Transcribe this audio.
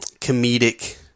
comedic